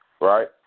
right